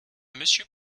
monsieur